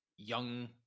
Young